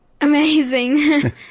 amazing